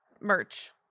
Merch